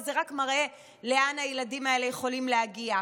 וזה רק מראה לאן הילדים האלה יכולים להגיע.